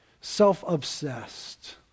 self-obsessed